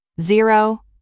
Zero